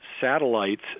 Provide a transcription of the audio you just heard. satellites